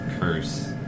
curse